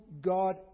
God